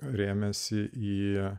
rėmėsi jie